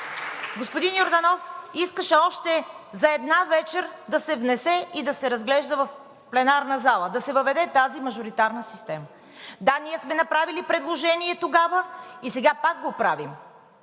Господин Йорданов искаше още за една вечер да се внесе и да се разглежда в пленарната зала – да се въведе тази мажоритарна система. Да, ние сме направили предложение тогава и сега пак го правим